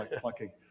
plucking